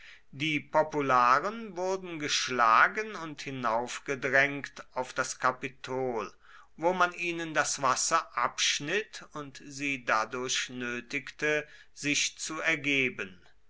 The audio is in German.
die popularen wurden geschlagen und hinaufgedrängt auf das kapitol wo man ihnen das wasser abschnitt und sie dadurch nötigte sich zu ergeben